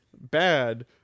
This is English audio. bad